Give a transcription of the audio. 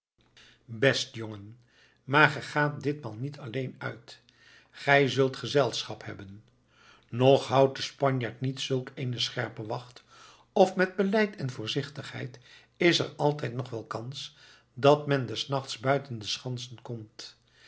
best jongen maar ge gaat ditmaal niet alleen uit gij zult gezelschap hebben ng houdt de spanjaard niet zulk eene scherpe wacht of met beleid en voorzichtigheid is er altijd nog wel kans dat men des nachts buiten de schansen komt